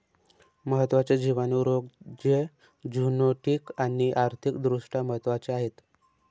महत्त्वाचे जिवाणू रोग जे झुनोटिक आणि आर्थिक दृष्ट्या महत्वाचे आहेत